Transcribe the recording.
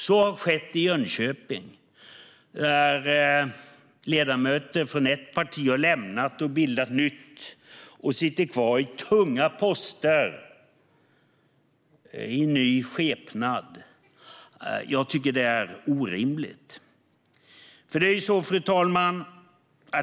Så har skett i Jönköping, där ledamöter har lämnat ett parti och bildat ett nytt och sitter kvar på tunga poster i ny skepnad. Jag tycker att det är orimligt. Fru talman!